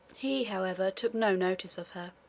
he, however, took no notice of her.